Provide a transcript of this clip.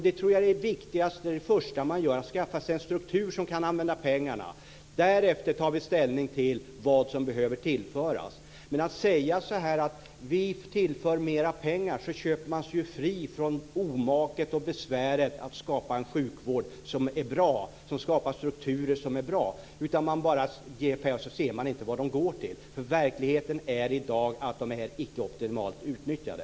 Det tror jag är det första och det viktigaste man gör, att skaffa sig en struktur som kan använda pengarna. Därefter tar vi ställning till vad som behöver tillföras. Men att bara säga att man tillför mera pengar är att köpa sig fri från omaket och besväret att skapa en sjukvård som är bra, som skapar strukturer som är bra. Man bara ger pengar och ser inte vad de går till. Verkligheten i dag är att de icke är optimalt utnyttjade.